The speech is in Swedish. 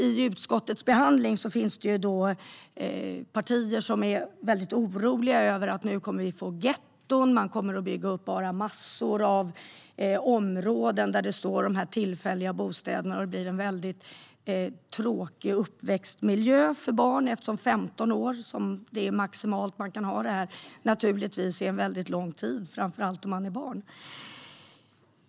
I utskottet finns det partier som är väldigt oroliga: Nu kommer vi att få getton. Man kommer att bygga massor av områden med tillfälliga bostäder. Och det blir en väldigt tråkig uppväxtmiljö för barn, eftersom 15 år - som är den maximala tiden - naturligtvis är en väldigt lång tid, framför allt om man är barn.